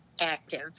active